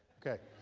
okay.